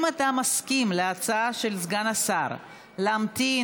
אם אתה מסכים להצעה של סגן השר להמתין